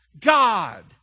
God